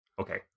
okay